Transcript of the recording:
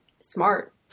smart